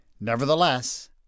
nevertheless